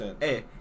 Hey